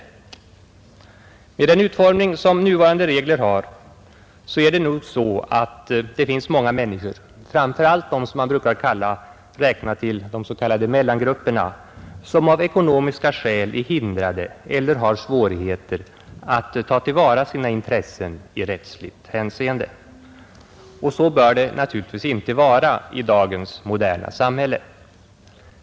Med den utformning som nuvarande regler har är det nog så att det finns många människor, framför allt de som man brukar räkna till de s.k. mellangrupperna, som av ekonomiska skäl är hindrade eller har svårigheter att ta till vara sina intressen i rättsligt hänseende, Så bör det naturligtvis inte vara i dagens moderna samhälle.